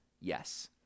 yes